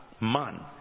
man